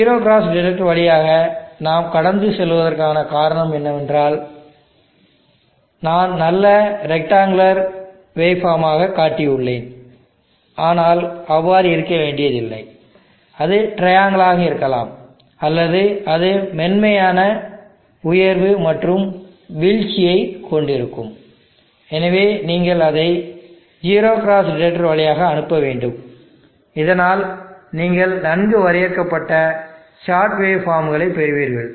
zero cross detector வழியாக நாம் கடந்து செல்வதற்கான காரணம் என்னவென்றால் நான் நல்ல ரெக்டங்குளர் வேவ் ஃபார்ம் ஆக காட்டியுள்ளேன் ஆனால் அவ்வாறு இருக்க வேண்டியதில்லை அது ட்ரையாங்கிள் ஆக இருக்கலாம் அல்லது அது மென்மையான உயர்வு மற்றும் வீழ்ச்சியைக் கொண்டிருக்கக்கூடும் எனவே நீங்கள் அதை ஜீரோ கிராஸ் டிடெக்டர் வழியாக அனுப்ப வேண்டும் இதனால் நீங்கள் நன்கு வரையறுக்கப்பட்ட ஷாட் வேவ் ஃபார்ம்களைப் பெறுவீர்கள்